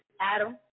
Adam